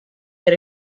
get